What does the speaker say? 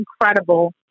incredible